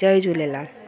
Jay Jhulelal